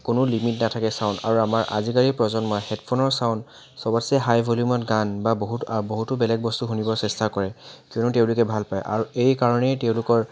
কোনো লিমিট নাথাকে ছাউণ্ড আৰু আমাৰ আজিকালি প্ৰজন্মই হেডফোনৰ ছাউণ্ড সবতছে হাই ভলিউমৰ গান বা বহুত আন বহুতো বেলেগ বস্তু শুনিবলৈ চেষ্টা কৰে কিয়নো তেওঁলোকে ভাল পায় আৰু এই কাৰণেই তেওঁলোকৰ